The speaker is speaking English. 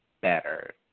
better